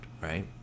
right